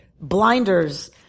blinders